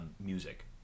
music